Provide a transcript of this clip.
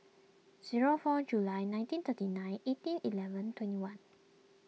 zero four July nineteen thirty nine eighteen eleven twenty one